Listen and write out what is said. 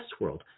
Westworld